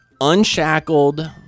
unshackled